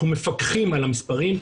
אנחנו מפקחים על המספרים,